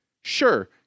sure